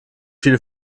viele